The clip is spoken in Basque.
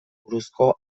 buruzko